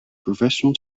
professional